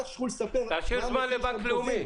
תשאיר זמן לבנק לאומי